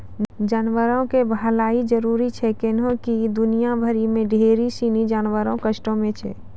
जानवरो के भलाइ जरुरी छै कैहने कि दुनिया भरि मे ढेरी सिनी जानवर कष्टो मे छै